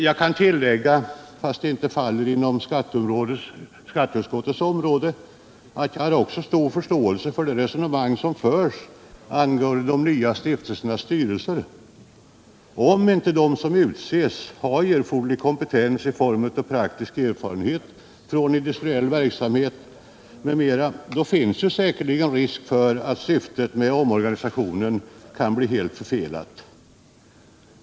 Jag kan tillägga — fastän det inte faller inom skatteutskottets område — att jag har stor förståelse för det resonemang som förs angående de nya stiftelsernas styrelser. Om inte de som utses har erforderlig kompetens i form av praktisk erfarenhet från industriell verksamhet m.m., finns säkerligen risk för att syftet med omorganisationen kan bli helt förfelat.